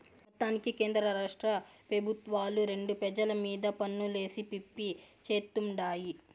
మొత్తానికి కేంద్రరాష్ట్ర పెబుత్వాలు రెండు పెజల మీద పన్నులేసి పిప్పి చేత్తుండాయి